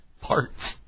Parts